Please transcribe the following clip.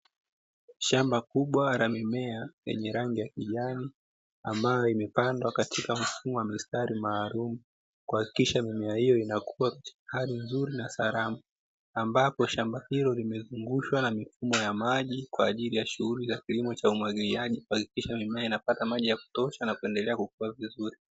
Shamba kubwa la mimea yenye rangi ya kijani, ambayo imepandwa katika mfumo wa mistari maalumu kuhakikisha mimea hio inakua katika hali nzuri na salama. Ambapo shamba hilo limezungushwa mifumo ya maji kwa ajili ya shughuli ya kilimo cha umwagiliaji, kuhakikisha mimea inapata maji ya kutosha na kuendelea kukua vizuri.